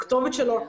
הכתובת שלו,